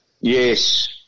Yes